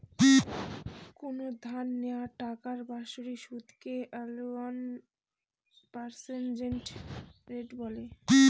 কোনো ধার নেওয়া টাকার বাৎসরিক সুদকে আনুয়াল পার্সেন্টেজ রেট বলে